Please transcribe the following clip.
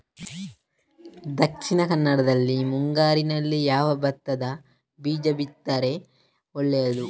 ದಕ್ಷಿಣ ಕನ್ನಡದಲ್ಲಿ ಮುಂಗಾರಿನಲ್ಲಿ ಯಾವ ಭತ್ತದ ಬೀಜ ಬಿತ್ತಿದರೆ ಒಳ್ಳೆಯದು?